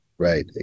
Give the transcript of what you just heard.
Right